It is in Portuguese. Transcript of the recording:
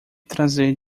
trazer